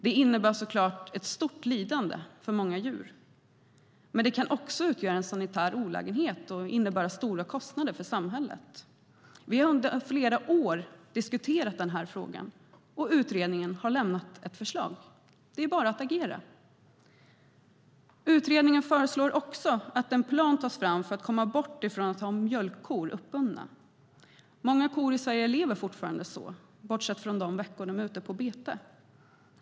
Det innebär ett stort lidande för många djur. Det kan också utgöra en sanitär olägenhet och innebära stora kostnader för samhället. Vi har diskuterat den här frågan i flera år, och utredningen har lämnat ett förslag. Det är bara att agera. Utredningen föreslår också att en plan tas fram för att komma bort ifrån att mjölkkor hålls uppbundna. Många kor i Sverige lever fortfarande så bortsett från de veckor de är ute på bete.